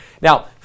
Now